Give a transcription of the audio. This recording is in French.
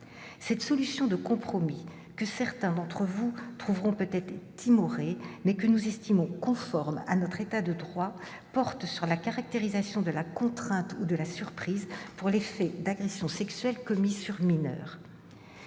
Cette solution de compromis, que certains d'entre vous trouveront peut-être timorée, mais que nous estimons conforme à notre État de droit, porte sur la caractérisation de la contrainte ou de la surprise pour les faits d'agression sexuelle commis sur mineurs.